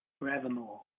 forevermore